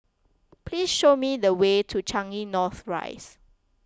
please show me the way to Changi North Rise